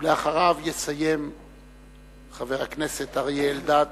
ולאחריו, יסיים חבר הכנסת אריה אלדד.